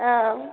औ